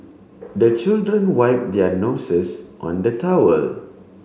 the children wipe their noses on the towel